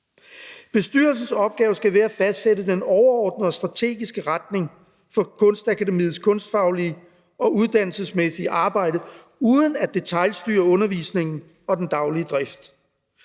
Bestyrelsens opgave skal være at fastsætte den overordnede og strategiske retning for Kunstakademiets kunstfaglige og uddannelsesmæssige arbejde uden at detailstyre undervisningen og den daglige drift,